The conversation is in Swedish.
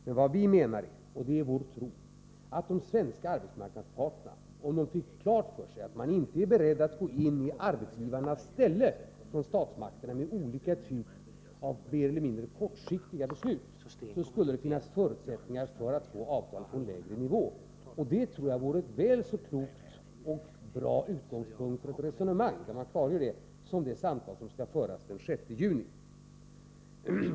Men vad vi menar är — och det är vår tro — att de svenska arbetsmarknadsparterna, om de fick klart för sig att statsmakterna inte är beredda att gå in i arbetsgivarnas ställe med olika typer av mer eller mindre kortsiktiga beslut, skulle finna att det föreligger förutsättningar för att få avtal på en lägre nivå. Att man klargör detta tror jag vore klokt och en väl så bra utgångspunkt för ett resonemang som det samtal som skall föras den 6 juni.